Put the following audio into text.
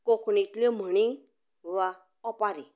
कोंकणींतल्यो म्हणी वा ओंपारी